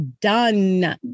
done